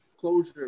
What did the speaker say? closure